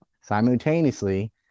simultaneously